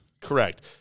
Correct